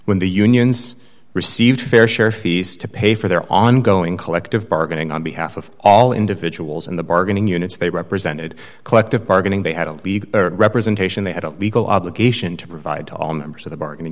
when the unions received fair share fees to pay for their ongoing collective bargaining on behalf of all individuals in the bargaining units they represented collective bargaining they had a league representation they had a legal obligation to provide to all members of the bargain